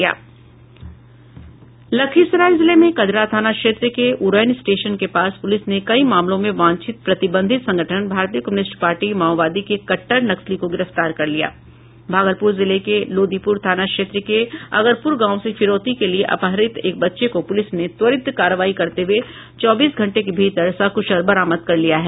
लखीसराय जिले में कजरा थाना क्षेत्र के उरैन स्टेशन के पास पुलिस ने कई मामलों में वांछित प्रतिबंधित संगठन भारत की कम्युनिस्ट पार्टी माओवादी के क भागलपुर जिले के लोदीपुर थाना क्षेत्र के अगरपुर गांव से फिरौती के लिए अपहृत एक बच्चे को पुलिस ने त्वरित करारवाई करते हुए चौबीस घंटे के भीतर सकुशल बरामद कर लिया है